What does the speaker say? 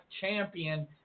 champion